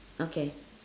okay